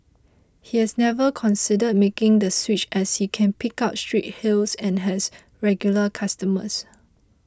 he has never considered making the switch as he can pick up street hails and has regular customers